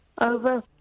Over